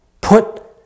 Put